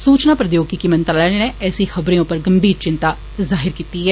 सूचना प्रोद्योगिकी मंत्रालय नै ऐसी खबरे उप्पर गंभीर चिन्ता जाहिर कीती ऐ